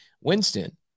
Winston